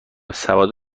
سواد